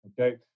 Okay